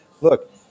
look